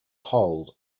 hold